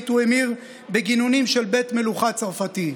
הוא המיר בגינונים של בית מלוכה צרפתי.